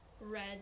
red